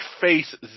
face